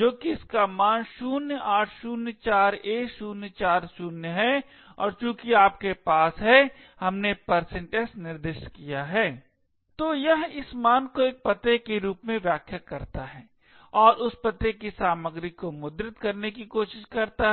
जो कि जिसका मान 0804a040 है और चूँकि आपके पास है हमने s निर्दिष्ट किया है तो यह इस मान को एक पते के रूप में व्याख्या करता है और उस पते की सामग्री को मुद्रित करने की कोशिश करता है